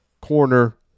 corner